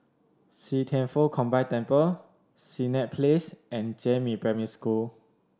See Thian Foh Combined Temple Senett Place and Jiemin Primary School